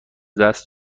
دست